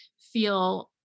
feel